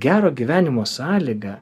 gero gyvenimo sąlyga